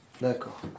D'accord